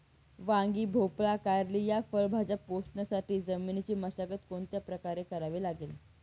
वांगी, भोपळा, कारली या फळभाज्या पोसण्यासाठी जमिनीची मशागत कोणत्या प्रकारे करावी लागेल?